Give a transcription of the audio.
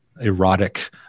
erotic